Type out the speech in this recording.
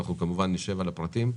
אנחנו כמובן נשב על הפרטים,